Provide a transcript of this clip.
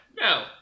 No